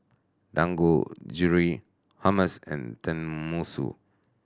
Dangojiru Hummus and Tenmusu